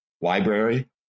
library